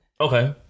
Okay